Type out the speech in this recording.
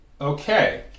Okay